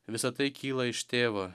visa tai kyla iš tėvo